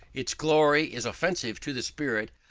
its glory is offensive to the spirit,